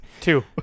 Two